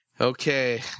Okay